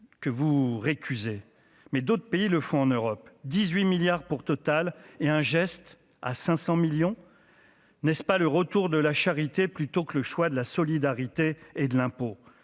que vous récusez mais d'autres pays le font en Europe 18 milliards pour Total est un geste à 500 millions n'est-ce pas le retour de la charité plutôt que le choix de la solidarité et de l'impôt